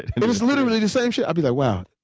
it was literally the same shit. i'd be like, wow,